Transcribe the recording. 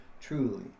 truly